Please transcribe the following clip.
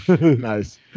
Nice